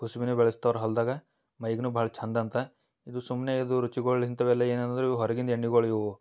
ಕುಸ್ಬೆನು ಬೆಳೆಸ್ತಾರೆ ಹೊಲ್ದಾಗೆ ಮೈಗೂ ಭಾಳ ಚೆಂದ ಅಂತ ಇದು ಸುಮ್ಮನೆ ಇದು ರುಚಿಗಳು ಇಂಥವೆಲ್ಲ ಏನಂದ್ರೆ ಇವು ಹೊರಗಿಂದ ಎಣ್ಣೆಗೊಳ್ ಇವು